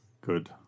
good